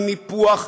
היא ניפוח,